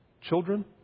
Children